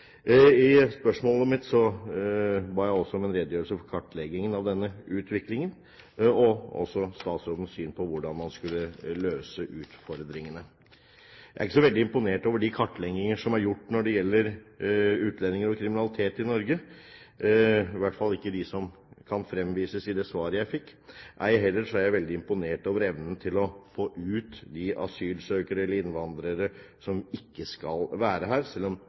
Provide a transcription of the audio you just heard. I spørsmålet mitt ba jeg også om en redegjørelse for kartleggingen av denne utviklingen og også om statsrådens syn på hvordan man skal løse utfordringene. Jeg er ikke så veldig imponert over de kartlegginger som er gjort når det gjelder utlendinger og kriminalitet i Norge, i hvert fall ikke dem som kan fremvises i det svaret jeg fikk. Ei heller er jeg veldig imponert over evnen til å få ut de asylsøkere eller innvandrere som ikke skal være her, selv om